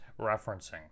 referencing